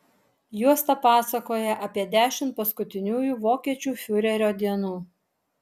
juosta pasakoja apie dešimt paskutiniųjų vokiečių fiurerio dienų